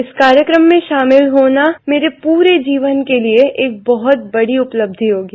इस कार्यक्र्म में शामिल होना मेरे पूरे जीवन के लिए एक बहत बड़ी उपलब्धि होगी